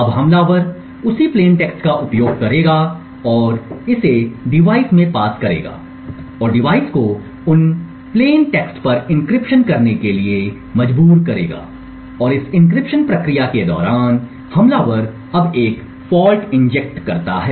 अब हमलावर उसी प्लेन टेक्स्ट का उपयोग करेगा और इसे डिवाइस में पास करेगा और डिवाइस को उस प्लेन टेक्स्ट पर एन्क्रिप्शन करने के लिए मजबूर करेगा और इस एन्क्रिप्शन प्रक्रिया के दौरान हमलावर अब एक फॉल्ट इंजेक्षन करता है